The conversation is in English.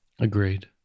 Agreed